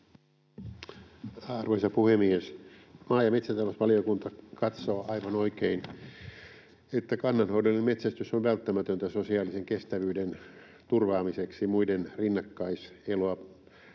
Arvoisa puhemies! Maa- ja metsätalousvaliokunta katsoo aivan oikein, että kannanhoidollinen metsästys on välttämätöntä sosiaalisen kestävyyden turvaamiseksi muiden rinnakkaiseloa